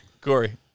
Corey